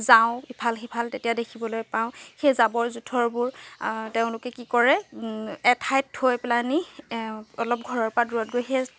যাওঁ ইফাল সিফাল তেতিয়া দেখিবলৈ পাওঁ সেই জাবৰ জোঁথৰবোৰ তেওঁলোকে কি কৰে এঠাইত থৈ পেলাই নি অলপ ঘৰৰ পৰা দূৰত গৈ সেই